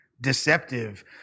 deceptive